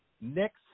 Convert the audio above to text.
Next